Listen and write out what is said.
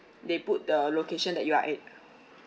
they put the location that you are at